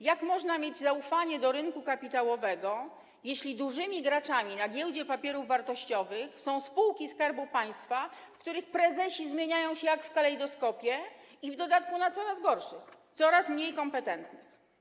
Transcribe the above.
Jak można mieć zaufanie do rynku kapitałowego, jeśli dużymi graczami na Giełdzie Papierów Wartościowych są spółki Skarbu Państwa, w których prezesi zmieniają się jak w kalejdoskopie, i w dodatku na coraz gorszych, coraz mniej kompetentnych?